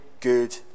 good